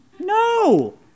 No